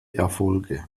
erfolge